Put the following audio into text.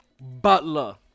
Butler